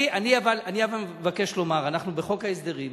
אני מבקש לומר שבחוק ההסדרים